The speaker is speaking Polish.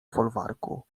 folwarku